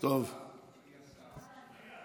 אדוני השר,